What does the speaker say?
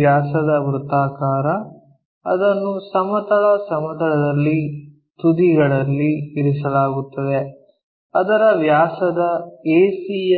ವ್ಯಾಸದ ವೃತ್ತಾಕಾರ ಅದನ್ನು ಸಮತಲ ಸಮತಲದಲ್ಲಿ ತುದಿಗಳಲ್ಲಿ ಇರಿಸಲಾಗುತ್ತದೆ ಅದರ ವ್ಯಾಸದ AC ಯ